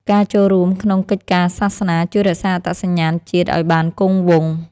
ការចូលរួមក្នុងកិច្ចការសាសនា ជួយរក្សាអត្តសញ្ញាណជាតិឱ្យបានគង់វង្ស។